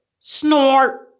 snort